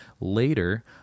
later